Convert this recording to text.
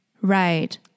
Right